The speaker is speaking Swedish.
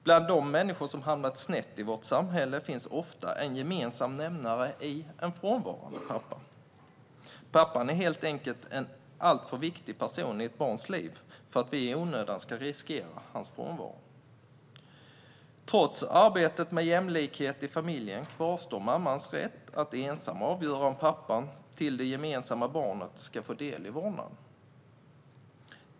Bland de människor som hamnat snett i vårt samhälle finns ofta en gemensam nämnare i en frånvarande pappa. Pappan är helt enkelt en alltför viktig person i ett barns liv för att vi i onödan ska riskera hans frånvaro. Trots arbetet med jämlikhet i familjen kvarstår mammans rätt att ensam avgöra om pappan till det gemensamma barnet ska få del i vårdnaden.